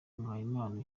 muhayimana